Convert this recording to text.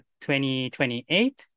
2028